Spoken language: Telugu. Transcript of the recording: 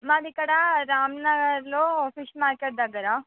మాది ఇక్కడ రామ్ నగర్లో ఫిష్ మార్కెట్ దగ్గర